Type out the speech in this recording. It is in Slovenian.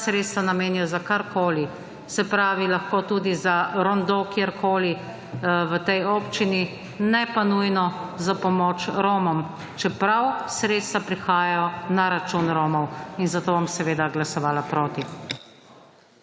ta sredstva namenijo za karkoli. Se pravi, lahko tudi za rondo kjerkoli v tej občini, ne pa nujno za pomoč Romom, čeprav sredstva prihajajo na račun Romov. In zato bom seveda glasovala proti.